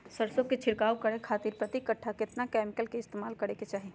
सरसों के छिड़काव करे खातिर प्रति कट्ठा कितना केमिकल का इस्तेमाल करे के चाही?